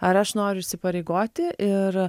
ar aš noriu įsipareigoti ir